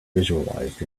visualized